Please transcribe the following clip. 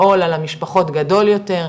העול על המשפחות גדול יותר,